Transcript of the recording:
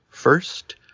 first